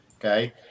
Okay